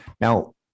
Now